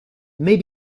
may